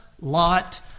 Lot